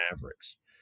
Mavericks